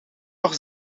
nog